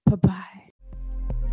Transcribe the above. Bye-bye